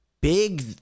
Big